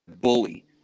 bully